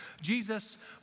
Jesus